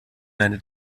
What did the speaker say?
deine